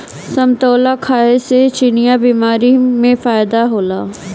समतोला खाए से चिनिया बीमारी में फायेदा होला